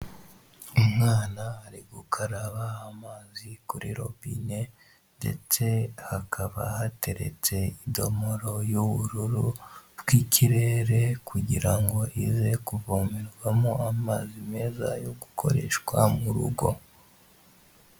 Umwana ari gukaraba amazi kuri robine ndetse hakaba hateretse idomoro y'ubururu bw'ikirere kugira ngo ize kuvomererwamo amazi meza yo gukoreshwa mu rugo.